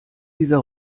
dieser